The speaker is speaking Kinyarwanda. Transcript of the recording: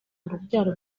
urubyaro